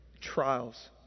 trials